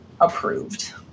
approved